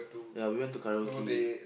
ya we went to karaoke